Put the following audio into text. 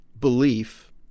belief